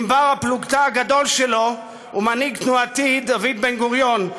עם בר-הפלוגתא הגדול שלו ומנהיג תנועתי דוד בן-גוריון,